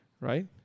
right